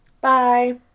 Bye